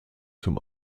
zum